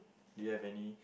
do you have any